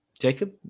Jacob